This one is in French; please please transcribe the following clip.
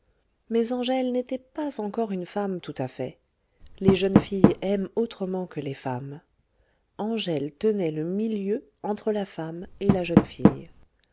mais angèle n'était pas encore une femme tout à fait les jeunes filles aiment autrement que les femmes angèle tenait le milieu entre la femme et la jeune fille